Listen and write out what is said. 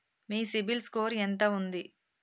మీ CIBIL score ఎంత ఉంది?